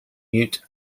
mute